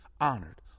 honored